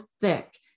thick